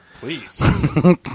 Please